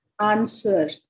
answer